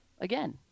Again